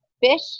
fish